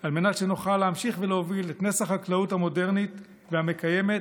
על מנת שנוכל להמשיך ולהוביל את נס החקלאות המודרנית והמקיימת,